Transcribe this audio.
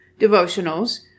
devotionals